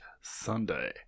Sunday